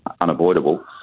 unavoidable